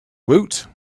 woot